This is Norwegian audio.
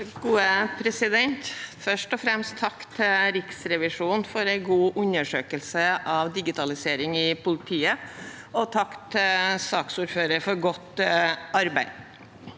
(A) Først og fremst: Takk til Riksrevisjonen for en god undersøkelse av digitalisering i politiet, og takk til saksordføreren for godt arbeid.